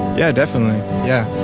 yeah, definitely. yeah,